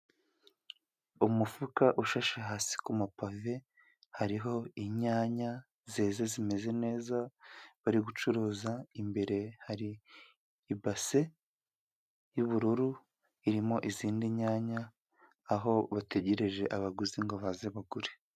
Umufuka ushashe hasi kumapave, hariho inyanya zeze zimeze neza bari gucuruza, imbere hari ibase y'ubururu irimo izindi nyanya, aho bategereje abaguzi ngo baze bagure.